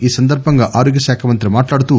ఈ సందర్బంగా ఆరోగ్య శాఖ మంత్రి మాట్లాడుతూ